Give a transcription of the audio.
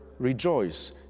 rejoice